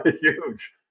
Huge